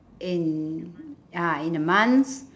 in ah in a month